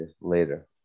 later